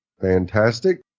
Fantastic